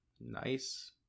Nice